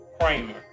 Kramer